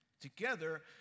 Together